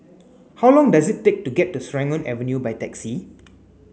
how long does it take to get to Serangoon Avenue by taxi